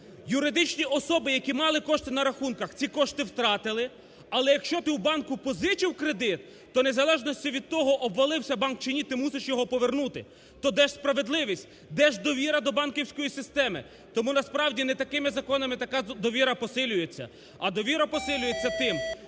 юридичні особи, які мали кошти на рахунках, ці кошти втратили. Але, якщо ти в банку позичив кредит, то в незалежності від того, обвалився банк чи ні, ти мусиш його повернути. То де ж справедливість, де довіра до банківської системи? Тому, насправді, не такими законами така довіра посилюється. А довіра посилюється тим,